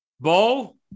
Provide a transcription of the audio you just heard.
Bo